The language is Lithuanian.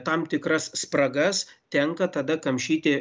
tam tikras spragas tenka tada kamšyti